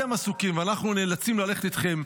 אתם עסוקים ואנחנו נאלצים ללכת איתכם,